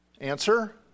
Answer